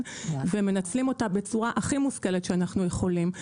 ומנצלים אותם בצורה הכי מושכלת שאנחנו יכולים.